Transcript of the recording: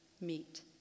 meet